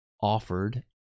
offered